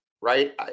Right